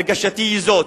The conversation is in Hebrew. הרגשתי היא זו: